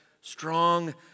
strong